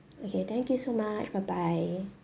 okay thank you so much bye bye